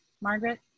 Margaret